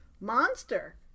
Monster